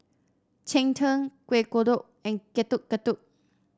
Cheng Tng Kuih Kodok and Getuk Getuk